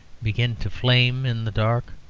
begin to flame in the dark,